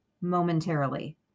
momentarily